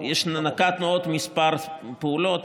נקטנו עוד כמה פעולות,